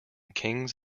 kings